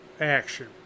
action